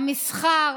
המסחר,